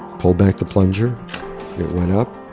pulled back the plunger. it went up